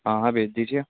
ہاں بھیج دیجیے